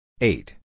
Eight